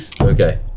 Okay